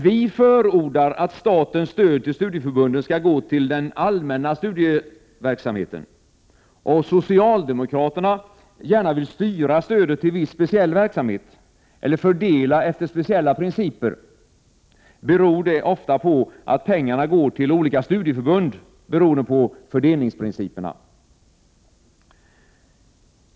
Vi förordar också att statens stöd till studieförbunden skall gå till den allmänna studieverksamheten och socialdemokraterna vill gärna styra stödet till viss speciell verksamhet eller fördela efter speciella principer. Skälet till detta är ofta att pengarna går till olika studieförbund beroende på fördelningsprinciperna.